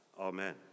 Amen